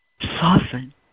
Soften